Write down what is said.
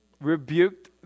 Rebuked